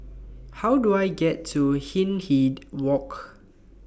How Do I get to Hindhede Walk